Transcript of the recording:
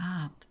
up